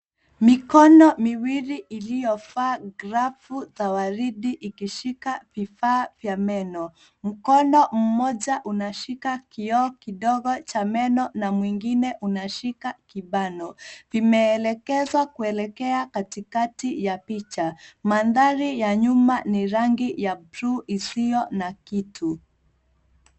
Mikono miwili iliyovaa glavu za waridi ikishika vifaa vya meno Mkono mmoja unashika kioo kidogo cha meno na mwingine unashika kibano. Vimeelekezwa kuelekea katikati ya picha. Mandhari ya nyuma ni rangi ya buluu isiyo na kitu.